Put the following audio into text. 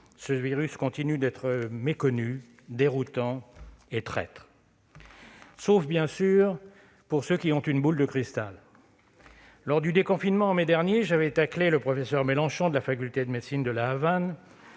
Ce virus continue d'être méconnu, déroutant et traître. Sauf, bien sûr, pour ceux qui ont une boule de cristal. Lors du déconfinement, en mai dernier, j'avais taclé le professeur Mélenchon, de la faculté de médecine de La Havane,